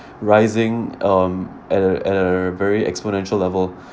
rising um at at err a very exponential level